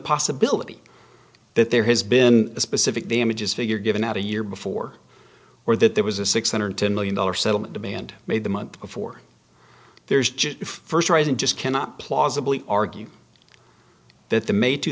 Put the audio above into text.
possibility that there has been a specific damages figure given at a year before or that there was a six hundred ten million dollars settlement demand made the month before there's just first rising just cannot plausibly argue that the ma